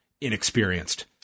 inexperienced